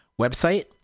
website